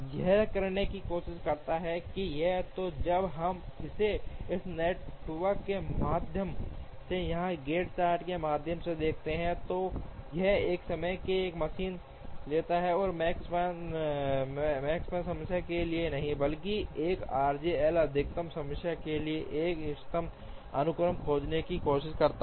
यह करने की कोशिश करता है या तो जब हम इसे इस नेटवर्क के माध्यम से या गैंट चार्ट के माध्यम से देखते हैं तो यह एक समय में एक मशीन लेता है और मैकस्पैन समस्या के लिए नहीं बल्कि 1 आरजे एल अधिकतम समस्या के लिए एक इष्टतम अनुक्रम खोजने की कोशिश करता है